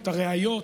את הרעיות,